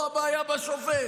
או הבעיה בשופט?